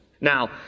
Now